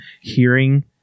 hearing